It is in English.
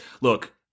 look